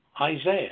Isaiah